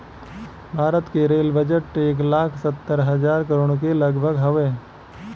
भारत क rail budget एक लाख सत्तर हज़ार करोड़ के लगभग हउवे